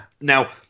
Now